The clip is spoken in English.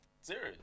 Serious